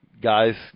guys